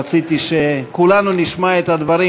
רציתי שכולנו נשמע את הדברים,